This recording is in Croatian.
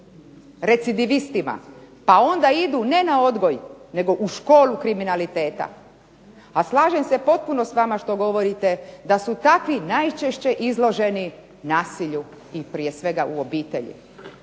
recidivistima pa onda idu ne na odgoj nego u školu kriminaliteta. A slažem se potpuno s vama što govorite da su takvi najčešće izloženi nasilju i prije svega u obitelji.